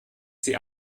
sie